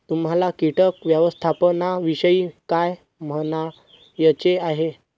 तुम्हाला किटक व्यवस्थापनाविषयी काय म्हणायचे आहे?